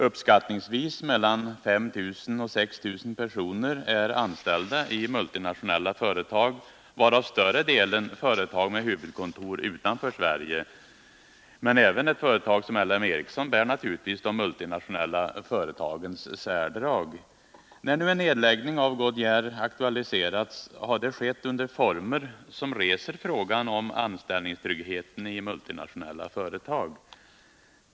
Uppskattningsvis mellan 5000 och 6000 personer är anställda i multinationella företag, varav större delen företag med huvudkontor utanför Sverige, men även ett företag som LM Ericsson bär naturligtvis de multinationella företagens särdrag. När nu en nedläggning av Goodyear aktualiserats, har detta skett under former som reser frågan om anställningstryggheten i multinationella företag.